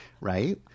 right